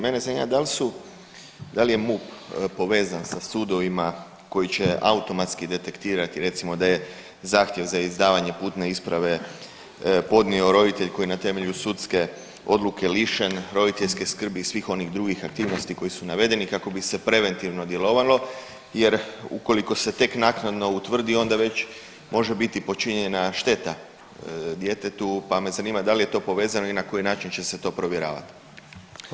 Mene zanima da li su da li je MUP povezan sa sudovima koji će automatski detektirati recimo da je zahtjev za izdavanje putne isprave podnio roditelj koji je na temelju sudske odluke lišen roditeljske skrbi i svih onih drugih aktivnosti koje su navedeni kako bi se preventivno djelovalo jer ukoliko se tek naknadno utvrdi onda već može biti počinjena šteta djetetu, pa me zanima da li je to povezano i na koji način će se to provjeravati?